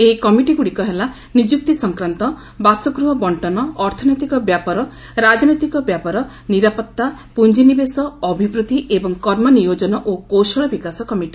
ଏହି କମିଟିଗୁଡ଼ିକ ହେଲା ନିଯୁକ୍ତି ସଂକ୍ରାନ୍ତ ବାସଗୃହ ବଙ୍କନ ଅର୍ଥନୈତିକ ବ୍ୟାପାର ରାଜନୈତିକ ବ୍ୟାପାର ନିରାପତ୍ତା ପୁଞ୍ଜିନିବେଶ ଓ ଅଭିବୃଦ୍ଧି ଏବଂ କର୍ମ ନିୟୋକନ ଓ କୌଶଳ ବିକାଶ କମିଟି